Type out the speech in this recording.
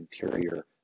interior